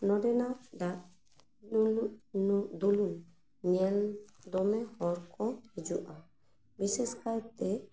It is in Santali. ᱱᱚᱸᱰᱮᱱᱟᱜ ᱫᱟᱜ ᱫᱩᱱᱩᱱ ᱧᱮᱞ ᱫᱚᱢᱮ ᱦᱚᱲ ᱠᱚ ᱦᱤᱡᱩᱜᱼᱟ ᱵᱤᱥᱮᱥ ᱠᱟᱭᱛᱮ